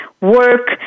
work